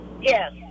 Yes